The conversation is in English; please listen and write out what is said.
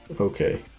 Okay